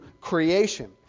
creation